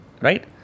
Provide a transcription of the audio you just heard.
right